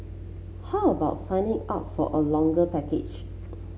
how about signing up for a longer package